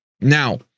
Now